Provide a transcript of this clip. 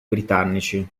britannici